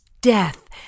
death